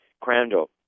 Crandall